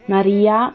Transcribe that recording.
Maria